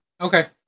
okay